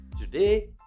Today